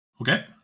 Okay